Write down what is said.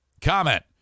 Comment